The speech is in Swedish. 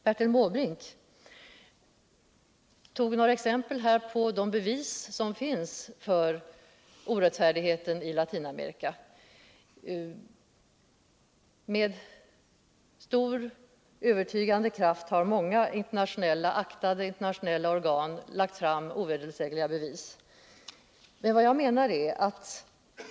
Bertil Måbrink anförde några exempel på de bevis som finns för den orättfärdighet som råder i Latinamerika, och jag vill framhålla att många aktade internationella organ lagt fram ovedersägliga bevis för denna orättfärdighet.